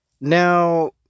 Now